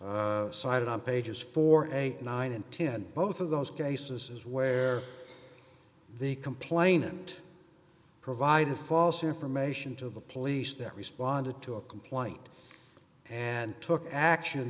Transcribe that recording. cited on pages for eighty nine and ten both of those cases where the complainant provided false information to the police that responded to a complaint and took action